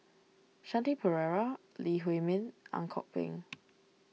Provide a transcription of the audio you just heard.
Shanti Pereira Lee Huei Min Ang Kok Peng